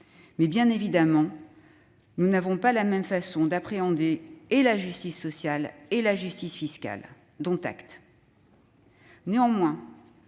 Mais, bien entendu, nous n'avons pas la même façon d'appréhender la justice sociale et la justice fiscale. Dont acte. Néanmoins,